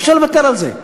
אפשר לוותר על זה.